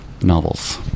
novels